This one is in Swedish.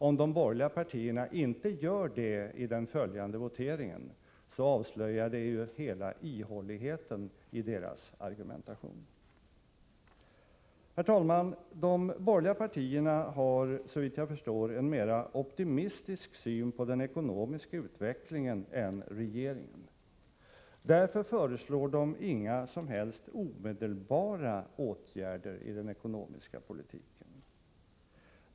Om de borgerliga partierna inte gör det i den följande voteringen, så avslöjar det ju hela ihåligheten i deras argumentation. Herr talman! De borgerliga partierna har, såvitt jag förstår, en mera optimistisk syn på den ekonomiska utvecklingen än regeringen. Därför föreslår de inga som helst omedelbara åtgärder i den ekonomiska politiken.